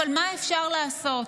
אבל מה אפשר לעשות?